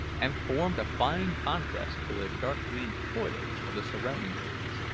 and formed a fine contrast to the dark-green foliage of the surrounding trees.